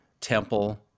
temple